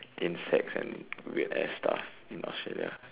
insects and weird ass stuff in Australia